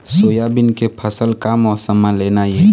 Soybean के फसल का मौसम म लेना ये?